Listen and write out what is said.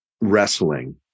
wrestling